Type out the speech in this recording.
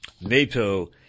NATO